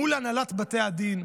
מול הנהלת בתי הדין,